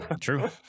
true